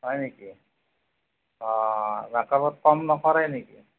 হয় নেকি অঁ মেকাপত কম নকৰে নেকি